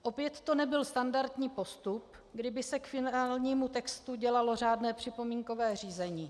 Opět to nebyl standardní postup, kdy by se k finálnímu textu dělalo řádné připomínkové řízení.